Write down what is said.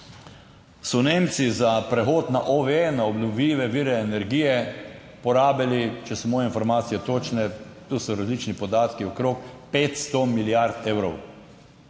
so Nemci za prehod na OV na obnovljive vire energije porabili - če so moje informacije točne, to so različni podatki - okrog 500 milijard evrov,